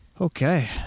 okay